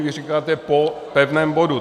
Vy říkáte po pevném bodu.